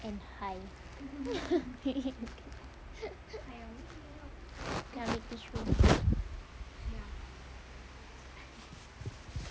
and high ambil tissue